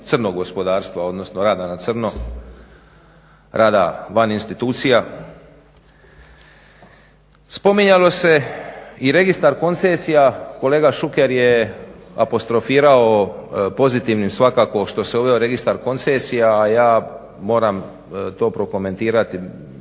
odnosno rada na crno, rada van institucija. Spominjalo se i Registar koncesija. Kolega Šuker je apostrofirao pozitivnim svakako što se uveo Registar koncesija, a ja moram to prokomentirati